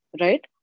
Right